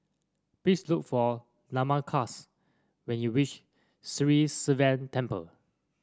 please look for Lamarcus when you reach Sri Sivan Temple